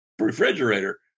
refrigerator